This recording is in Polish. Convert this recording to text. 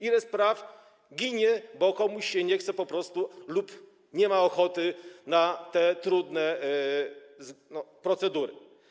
Ile spraw ginie, bo komuś się nie chce po prostu lub nie ma ochoty na te trudne procedury?